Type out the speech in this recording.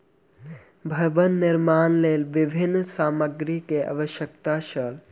भवन निर्माणक लेल विभिन्न सामग्री के आवश्यकता छल